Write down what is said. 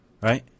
Right